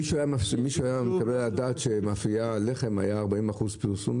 מישהו היה מקבל על הדעת שללחם היה 40% פרסום?